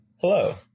Hello